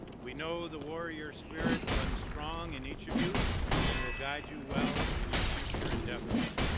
we know the warrior spirit runs strong in each of you and will guide you well in your future endeavors.